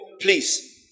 Please